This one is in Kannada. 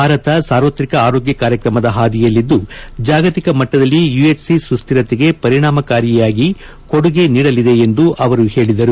ಭಾರತ ಸಾರ್ವತ್ರಿಕ ಆರೋಗ್ಡ ಕಾರ್ಯಕ್ರಮದ ಹಾದಿಯಲ್ಲಿದ್ದು ಜಾಗತಿಕ ಮಟ್ಟದಲ್ಲಿ ಯುಎಚ್ಸಿ ಸುಸ್ವಿರತೆಗೆ ಪರಿಣಾಮಕಾರಿಯಾಗಿ ಕೊಡುಗೆ ನೀಡಲಿದೆ ಎಂದು ಅವರು ಹೇಳಿದರು